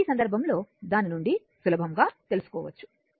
కాబట్టి ఈ సందర్భంలో దాని నుండి సులభంగా తెలుసుకోవచ్చు